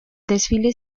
desfile